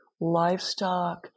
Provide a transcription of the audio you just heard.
livestock